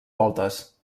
voltes